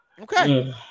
Okay